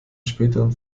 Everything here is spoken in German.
späteren